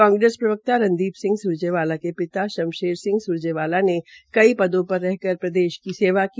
कांग्रेस प्रवक्ता रणदीप स्रजेवाला के पिता शमशेर सिंह स्रजेवाला ने कई पदों पर रह कर प्रदेश की सेवा की